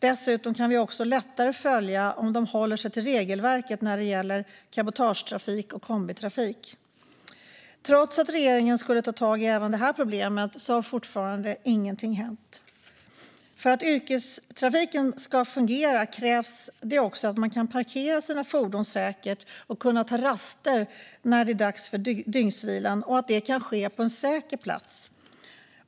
Dessutom kan vi då lättare följa om de håller sig till regelverket när det gäller cabotagetrafik och kombitrafik. Trots att regeringen skulle ta tag i även det problemet har fortfarande ingenting hänt. För att yrkestrafiken ska fungera krävs det också att man kan parkera sina fordon säkert och ta raster när det är dags för dygnsvila. Och det ska kunna ske på en säker plats.